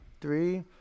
three